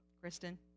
Kristen